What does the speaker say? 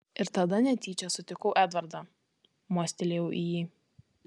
ir tada netyčia sutikau edvardą mostelėjau į jį